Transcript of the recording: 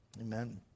amen